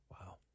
Wow